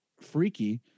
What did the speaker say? freaky